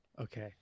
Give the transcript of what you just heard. Okay